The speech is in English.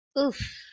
Oof